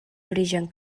origen